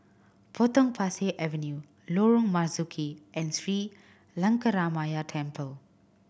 Potong Pasir Avenue Lorong Marzuki and Sri Lankaramaya Temple